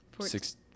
six